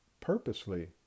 purposely